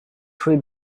three